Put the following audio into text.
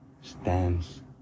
stands